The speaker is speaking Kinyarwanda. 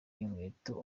inkweto